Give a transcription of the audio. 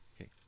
Okay